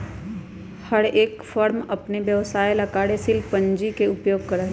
हर एक फर्म अपन व्यवसाय ला कार्यशील पूंजी के उपयोग करा हई